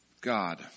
God